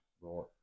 Right